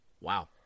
Wow